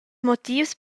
motivs